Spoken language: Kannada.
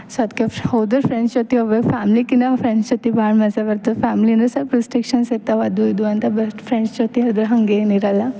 ಸೊ ಅದಕ್ಕೆ ಫ್ ಹೋದ್ರೆ ಫ್ರೆಂಡ್ಸ್ ಜೊತೆ ಹೋಗ್ಬೇಕು ಫ್ಯಾಮ್ಲಿಕಿನ್ನ ಫ್ರೆಂಡ್ಸ್ ಜೊತೆ ಭಾಳ ಮಝ ಬರ್ತದೆ ಫ್ಯಾಮ್ಲಿ ಅಂದರೆ ಸಲ್ಪ ರಿಸ್ಟ್ರಿಕ್ಷನ್ಸ್ ಇರ್ತವ ಅದು ಇದು ಅಂತ ಬೆಸ್ಟ್ ಫ್ರೆಂಡ್ಸ್ ಜೊತೆ ಹೋದ್ರೆ ಹಾಗೇನಿರಲ್ಲ